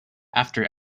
after